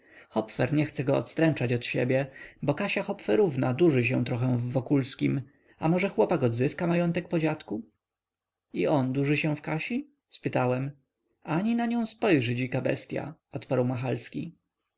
nie chce go odstręczać od siebie bo kasia hopferówna durzy się trochę w wokulskim a może chłopak odzyska majątek po dziadku i on durzy się w kasi spytałem ani na nią spojrzy